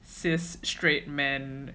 cis straight men